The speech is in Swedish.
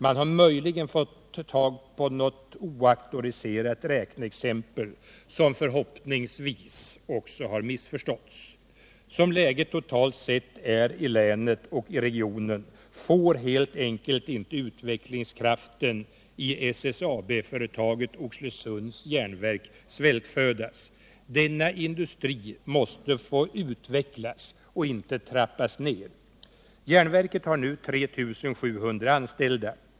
Man har möjligen fått tag på något oauktoriserat räkneexempel, som förhoppningsvis också har missförståtts. Som läget totalt sett är i länet och regionen får helt enkelt inte utvecklingskraften i SSAB-företaget Oxelösunds Järnverk svältfödas! Denna industri måste få utvecklas, och inte trampas ner. Järnverket har nu 3 700 anställda.